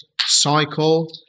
cycle